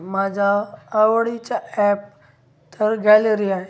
माझा आवडीचा ॲप तर गॅलरी आहे